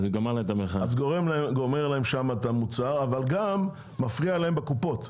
הוא גומר להם את המוצר אבל גם מפריע להם בקופות.